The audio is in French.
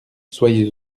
soyez